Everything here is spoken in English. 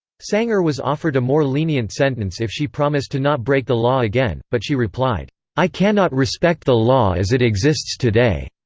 sanger was offered a more lenient sentence if she promised to not break the law again, but she replied i cannot respect the law as it exists today.